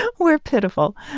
we're pitiful.